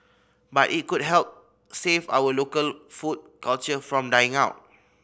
but it could help save our local food culture from dying out